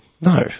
No